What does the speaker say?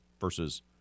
versus